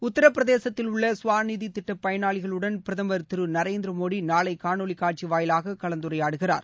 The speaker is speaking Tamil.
உத்திரபிரதேசத்தில் உள்ள ஸ்வாநிதி திட்ட பயனாளிகளுடன் பிரதமர் திரு நரேந்திர மோடி நாளை காணொளி காட்சி வாயிலாக கலந்துரையாடுகிறார்